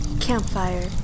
campfire